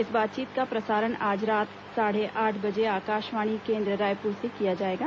इस बातचीत का प्रसारण आज रात साढ़े आठ बजे आकाशवाणी केन्द्र रायपुर से किया जाएगा